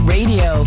Radio